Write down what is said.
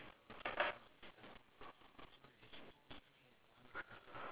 okay any difference